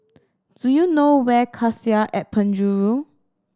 do you know where Cassia at Penjuru